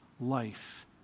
life